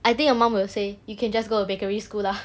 I think your mom will say you can just go to bakery school lah